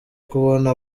kubona